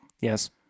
Yes